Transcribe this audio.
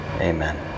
Amen